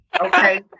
Okay